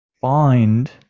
find